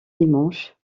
dimanches